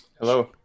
Hello